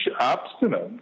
abstinence